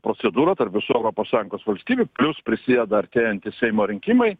procedūrą tarp visų europos sąjungos valstybių plius prisideda artėjantys seimo rinkimai